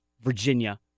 Virginia